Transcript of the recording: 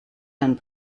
and